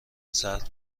زرد